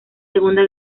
segunda